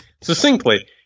succinctly